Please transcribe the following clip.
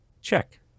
Check